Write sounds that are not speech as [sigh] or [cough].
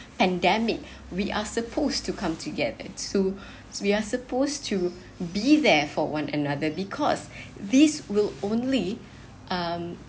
pandemic we are supposed to come together to [breath] we are supposed to be there for one another because this will only um